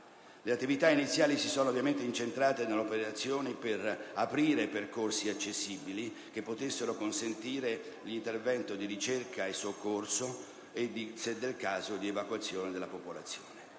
Le attività iniziali si sono ovviamente incentrate nell'operazione per aprire percorsi accessibili che potessero consentire l'intervento di ricerca e soccorso e, se del caso, di evacuazione della popolazione.